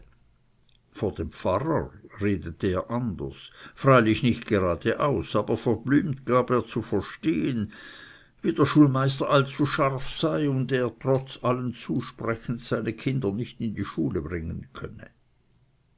vor dem pfarrer redete er anders freilich nicht gerade aus aber verblümt gab er zu verstehen wie der schulmeister allzuscharf sei und er trotz alles zusprechens seine kinder nicht in die schule bringen könne